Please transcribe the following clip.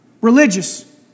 Religious